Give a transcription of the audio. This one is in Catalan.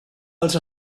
els